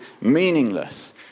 meaningless